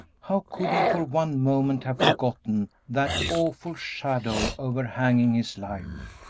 how could he for one moment have forgotten that awful shadow overhanging his life!